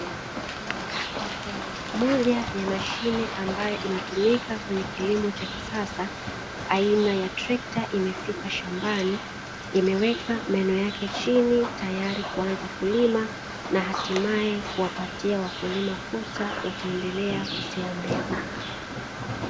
Moja ya mashine ambayo inatumika kwenye kilimo cha kisasa aina ya trekta imefika shambani, imeweka meno yake chini tayari kuanza kulima na hatimaye kuwapatia wakulima fursa ya kuendelea kutia mbegu.